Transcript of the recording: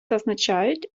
зазначають